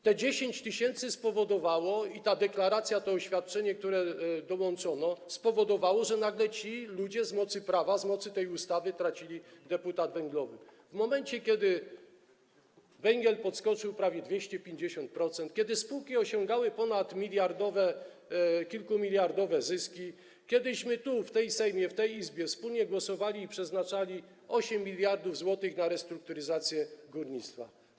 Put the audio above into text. Te 10 tys. i ta deklaracja, to oświadczenie, które dołączono, spowodowały, że nagle ci ludzie z mocy prawa, z mocy tej ustawy tracili deputat węglowy, w momencie kiedy cena węgla podskoczyła o prawie 250%, kiedy spółki osiągały kilkumiliardowe zyski, kiedyśmy tu, w tym Sejmie, w tej Izbie wspólnie głosowali i przeznaczali 8 mld zł na restrukturyzację górnictwa.